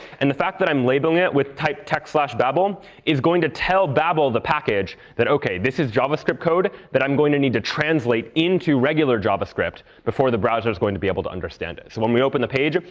and the fact that i'm labeling it with type text babel is going to tell babel the package that, ok, this is javascript code that i'm going to need to translate into regular javascript before the browser is going to be able to understand it. so when we open the page,